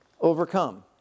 overcome